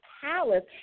palace